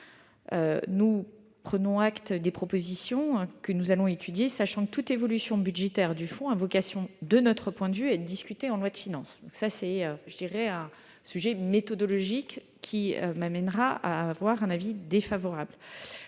Nous prenons acte de vos propositions, que nous allons étudier, sachant que toute évolution budgétaire du fonds a vocation, de notre point de vue, à être discutée en loi de finances. Cet aspect méthodologique me conduit à donner un avis défavorable